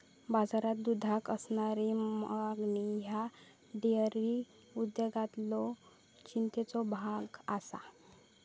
बाजारात दुधाक असणारी मागणी ह्यो डेअरी उद्योगातलो चिंतेचो भाग आसा